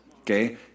Okay